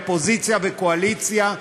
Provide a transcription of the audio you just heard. אופוזיציה וקואליציה,